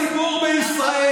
אמרנו לציבור בישראל,